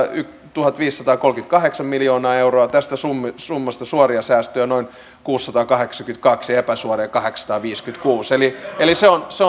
tuhatviisisataakolmekymmentäkahdeksan miljoonaa euroa tästä summasta suoria säästöjä noin kuusisataakahdeksankymmentäkaksi ja epäsuoria kahdeksansataaviisikymmentäkuusi eli eli se on se